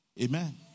Amen